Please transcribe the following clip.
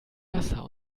wasser